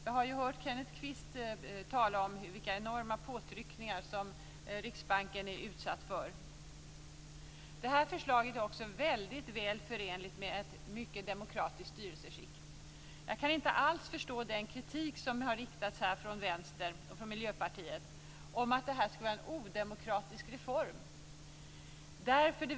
Jag har hört Kenneth Kvist tala om vilka enorma påtryckningar som Riksbanken är utsatt för. Förslaget är också mycket väl förenligt med ett mycket demokratiskt styrelseskick. Jag kan inte alls förstå den kritik som har riktats från Vänstern och från Miljöpartiet om att detta skulle vara en odemokratisk reform.